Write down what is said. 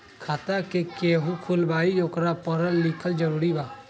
खाता जे केहु खुलवाई ओकरा परल लिखल जरूरी वा?